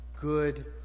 good